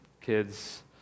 kids